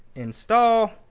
install,